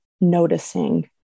noticing